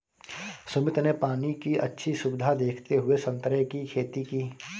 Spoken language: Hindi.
सुमित ने पानी की अच्छी सुविधा देखते हुए संतरे की खेती की